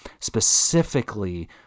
specifically